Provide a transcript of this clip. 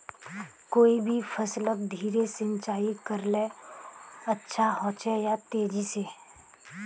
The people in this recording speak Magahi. कोई भी फसलोत धीरे सिंचाई करले अच्छा होचे या तेजी से?